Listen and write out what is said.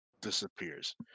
disappears